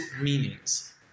meanings